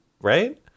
right